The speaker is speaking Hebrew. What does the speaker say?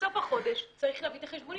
בסוף החודש הוא צריך להביא את החשבונית.